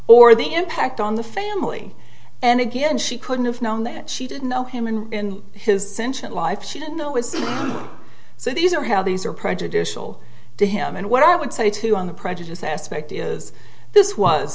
or the impact on the family and again she couldn't have known that she didn't know him in his sentient life she didn't know it was so these are how these are prejudicial to him and what i would say to you on the prejudice aspect is this was